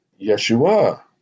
Yeshua